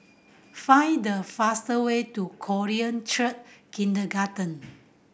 find the fastest way to Korean Church Kindergarten